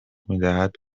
میدهد